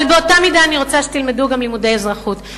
אבל באותה מידה אני רוצה שתלמדו גם לימודי אזרחות,